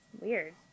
Weird